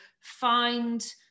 find